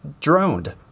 droned